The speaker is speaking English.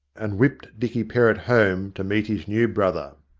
and whipped dicky perrott home to meet his new brother.